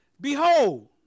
Behold